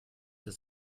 der